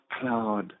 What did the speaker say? cloud